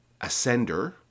Ascender